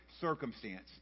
circumstance